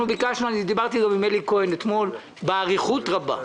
דיברתי עם אלי כהן אתמול באריכות רבה.